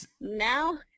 now